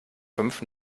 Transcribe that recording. fünf